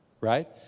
right